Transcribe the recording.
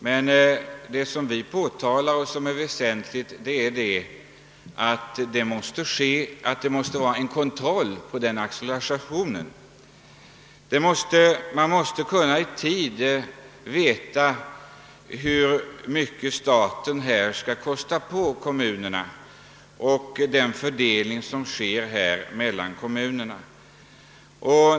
Men vad vi påtalar som väsentligt är att det måste vara en kontroll på accelerationen. Man måste i tid kunna veta hur mycket staten skall kosta på kommunerna och hurudan fördelningen av bidragen blir mellan kommunerna.